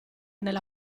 nella